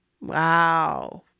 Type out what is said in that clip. Wow